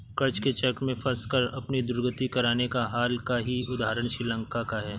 कर्ज के चक्र में फंसकर अपनी दुर्गति कराने का हाल का ही उदाहरण श्रीलंका है